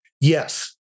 yes